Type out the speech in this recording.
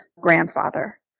grandfather